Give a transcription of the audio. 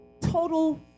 total